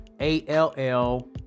A-L-L